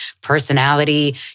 personality